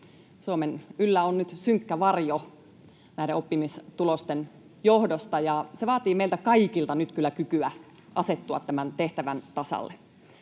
Suomen yllä on nyt synkkä varjo näiden oppimistulosten johdosta, ja se vaatii meiltä kaikilta nyt kyllä kykyä asettua tämän tehtävän tasalle.